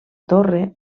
torre